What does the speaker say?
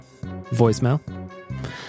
voicemail